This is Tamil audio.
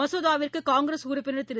மசோதாவிற்குகாங்கிரஸ் உறுப்பினர் திரு